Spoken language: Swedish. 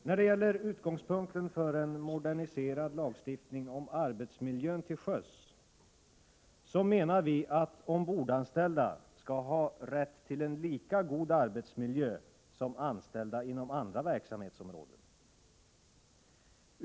När det gäller utgångspunkten för en modernisering av lagen om arbetsmiljön till sjöss menar vi att ombordanställda skall ha rätt till en lika god arbetsmiljö som anställda inom andra verksamhetsområden.